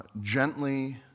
gently